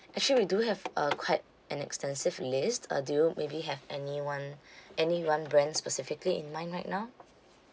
actually we do have a quite an extensive list uh do you maybe have any one any one brand specifically in mind right now